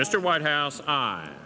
mr white house hi